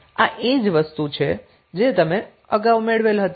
આ એ જ વસ્તુ છે જે તમે અગાઉ મેળવેલી હતી